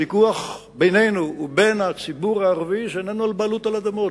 שהוויכוח בינינו ובין הציבור הערבי איננו על בעלות על אדמות,